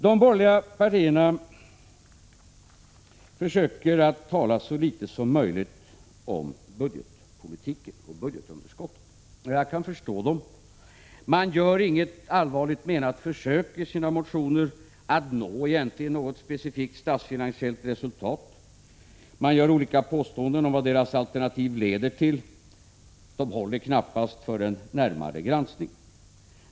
De borgerliga partierna försöker tala så litet som möjligt om budgetpolitiken och budgetunderskottet, och jag kan förstå dem. De gör i sina motioner egentligen inget allvarligt menat försök att uppnå ett statsfinansiellt resultat. De gör olika påståenden om vad deras alternativ leder till, men dessa håller knappast för en närmare granskning.